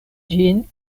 ĝin